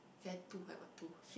have two I got two